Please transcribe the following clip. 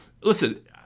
listen